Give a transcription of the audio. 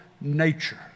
nature